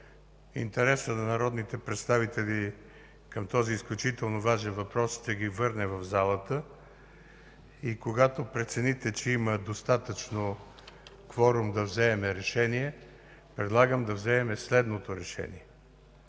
интересът на народните представители към този изключително важен въпрос ще ги върне в залата. Когато прецените, че има достатъчно кворум да вземем решение, предлагам да вземем следното решение: